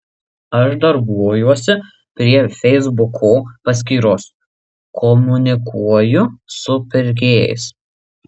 aš darbuojuosi prie feisbuko paskyros komunikuoju su pirkėjais